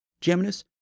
Geminus